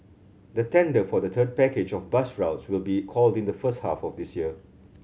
the tender for the third package of bus routes will be called in the first half of this year